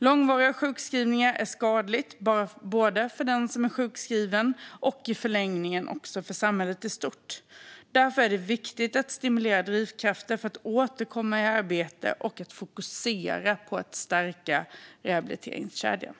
Långvariga sjukskrivningar är skadligt, både för den som är sjukskriven och i förlängningen för samhället i stort. Därför är det viktigt att stimulera drivkrafter för att återkomma i arbete samt att fokusera på att stärka rehabiliteringskedjan.